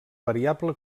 variable